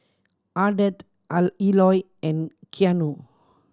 Ardeth Eloy and Keanu